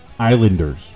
Islanders